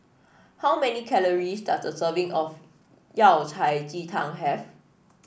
how many calories does a serving of Yao Cai Ji Tang have